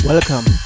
Welcome